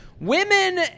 Women